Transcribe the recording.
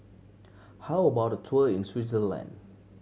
how about a tour in Switzerland